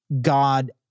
God